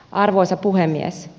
arvoisa puhemies